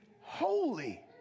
holy